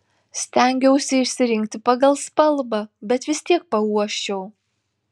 stengiausi išsirinkti pagal spalvą bet vis tiek pauosčiau